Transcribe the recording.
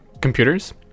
computers